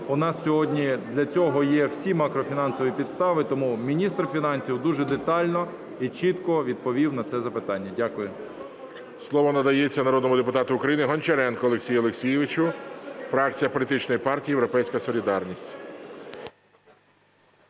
у нас сьогодні для цього є всі макрофінансові підстави. Тому міністр фінансів дуже детально і чітко відповів на це запитання. Дякую. ГОЛОВУЮЧИЙ. Слово надається народному депутату України Гончаренку Олексію Олексійовичу, фракція політичної партії "Європейська солідарність".